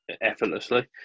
effortlessly